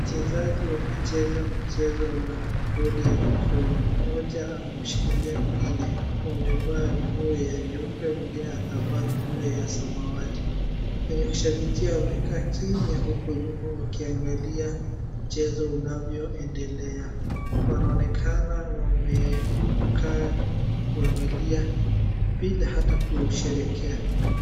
Wachezaji wanacheza mchezo wa boli ya mkono mmoja amemshikilia mwingine wamevaa nguo ya nyeupe mwingine akavaa nguo ya samawati, wenye kushabikia wamekaa chini huku nyuma wakiangalia mchezo unavyoendelea. Wanaonekana wamekaa kuangalia bila hata kusherehekea.